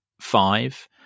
five